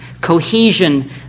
cohesion